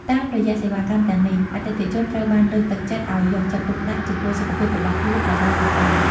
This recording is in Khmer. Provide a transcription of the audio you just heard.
តាមរយៈសេវាកម្មទាំងនេះ អតិថិជនត្រូវបានលើកទឹកចិត្តឲ្យយកចិត្តទុកដាក់ចំពោះសុខភាពរបស់ខ្លួនឱ្យបានដិតដល់។